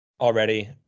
already